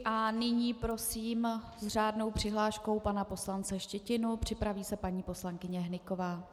A nyní prosím s řádnou přihláškou pana poslance Štětinu, připraví se paní poslankyně Hnyková.